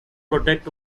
protect